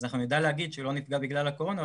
אז אנחנו נדע להגיד שהוא לא נפגע בגלל הקורונה,